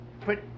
Put